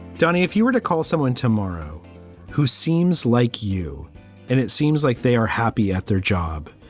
danny, if you were to call someone tomorrow who seems like you and it seems like they are happy at their job.